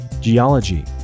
geology